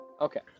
Okay